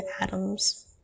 atoms